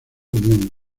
unión